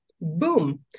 Boom